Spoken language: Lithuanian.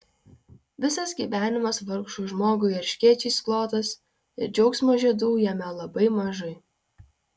visas gyvenimas vargšui žmogui erškėčiais klotas ir džiaugsmo žiedų jame labai mažai